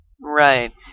Right